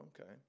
Okay